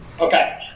Okay